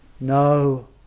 No